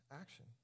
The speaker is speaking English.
action